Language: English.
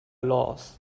loss